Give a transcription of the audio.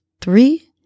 three